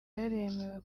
yaremewe